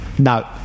No